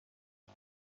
کند